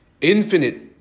infinite